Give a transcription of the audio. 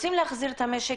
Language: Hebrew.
רוצים להחזיר את המשק,